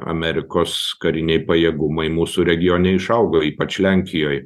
amerikos kariniai pajėgumai mūsų regione išaugo ypač lenkijoj